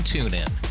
TuneIn